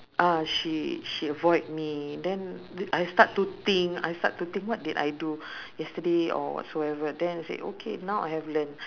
ah she she avoid me then I start to think I start to think what did I do yesterday or whatsoever then I said okay now I have learnt